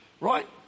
right